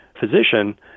physician